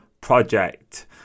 Project